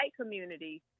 community